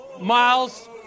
Miles